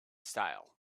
style